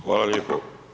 Hvala lijepo.